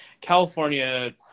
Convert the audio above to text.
California